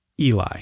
Eli